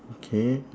okay